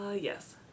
yes